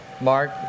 Mark